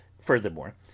Furthermore